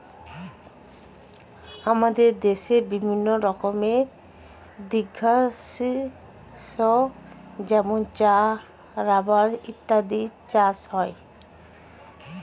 আমাদের দেশে বিভিন্ন রকমের দীর্ঘস্থায়ী শস্য যেমন চা, রাবার ইত্যাদির চাষ হয়